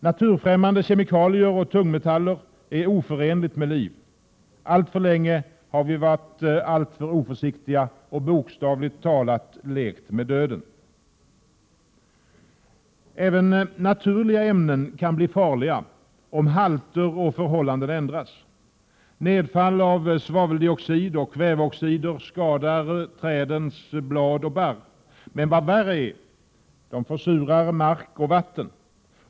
Naturfrämmande kemikalier och tungmetaller är oförenliga med liv. Alltför länge har vi varit alltför oförsiktiga och bokstavligt talat lekt med döden. Även naturliga ämnen kan bli farliga, om halter och förhållanden ändras. Nedfall av svaveldioxid och kväveoxider skadar trädens blad och barr, men vad värre är: de försurar mark och vatten.